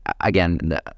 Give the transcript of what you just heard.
Again